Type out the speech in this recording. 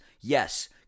Yes